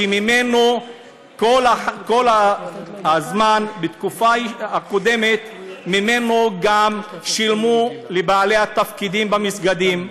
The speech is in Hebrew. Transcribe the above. שממנו כל הזמן בתקופה הקודמת גם שילמו לבעלי התפקידים במסגדים,